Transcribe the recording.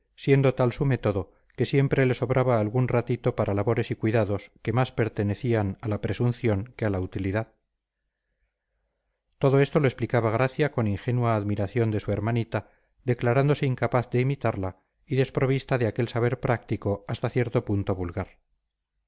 siendo tal su método que siempre le sobraba algún ratito para labores y cuidados que más pertenecían a la presunción que a la utilidad todo esto lo explicaba gracia con ingenua admiración de su hermanita declarándose incapaz de imitarla y desprovista de aquel saber práctico hasta cierto punto vulgar